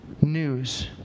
news